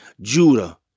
Judah